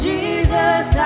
Jesus